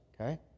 Okay